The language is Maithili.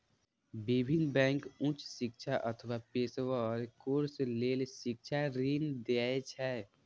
विभिन्न बैंक उच्च शिक्षा अथवा पेशेवर कोर्स लेल शिक्षा ऋण दै छै